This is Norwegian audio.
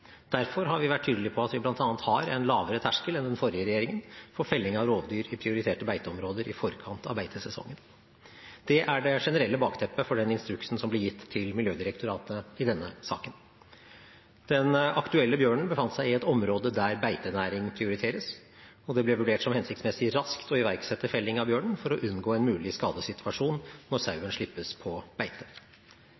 Derfor har vi vært tydelige på at vi bl.a. har en lavere terskel enn den forrige regjeringen for felling av rovdyr i prioriterte beiteområder i forkant av beitesesongen. Det er det generelle bakteppet for den instruksen som ble gitt til Miljødirektoratet i denne saken. Den aktuelle bjørnen befant seg i et område der beitenæring prioriteres, og det ble vurdert som hensiktsmessig raskt å iverksette felling av bjørnen for å unngå en mulig skadesituasjon når